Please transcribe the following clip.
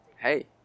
hey